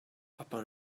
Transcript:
upon